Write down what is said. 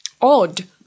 Odd